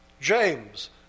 James